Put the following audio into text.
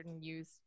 use